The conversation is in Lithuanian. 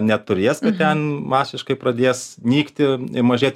neturės ten masiškai pradės nykti mažėt